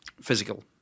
physical